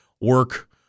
work